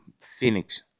Phoenix